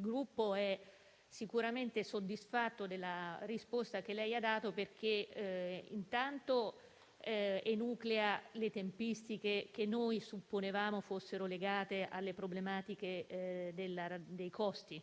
Gruppo è sicuramente soddisfatto della risposta che lei ha dato, perché intanto enuclea le tempistiche che supponevamo fossero legate alle problematiche dei costi,